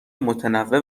متنوع